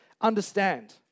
understand